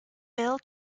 bill